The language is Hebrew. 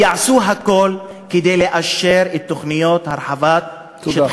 יעשו הכול כדי לאשר את תוכניות הרחבת, תודה.